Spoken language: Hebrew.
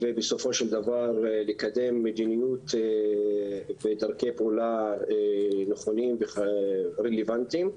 ובסופו של דבר לקדם מדיניות ודרכי פעולה נכונות ורלוונטיות.